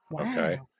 okay